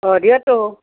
বঢ়িয়াটো